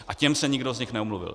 A těm se nikdo z nich neomluvil.